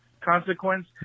consequence